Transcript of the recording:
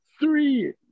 three